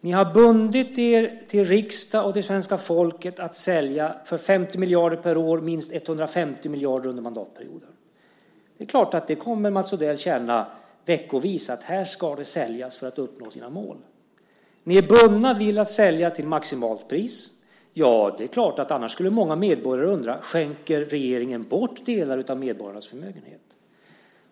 Ni har förbundit er inför riksdagen och inför svenska folket att sälja för 50 miljarder per år, minst 150 miljarder under mandatperioden. Det är klart att Mats Odell kommer att känna, veckovis, att här ska säljas för att uppnå målen! Ni är bundna vid att sälja till maximalt pris. Ja, det är klart att annars skulle många medborgare undra: Skänker regeringen bort delar av medborgarnas förmögenheter?